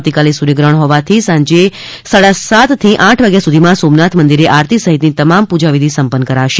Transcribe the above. આવતીકાલે સૂર્યગ્રહણ હોવાથી આજે સાંજે સાડાસાતથી આઠ વાગ્યા સુધીમાં સોમનાથ મંદિરે આરતી સહિતની તમામ પૂજા વિધિ સંપન્ન કરાશે